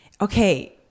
okay